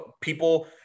people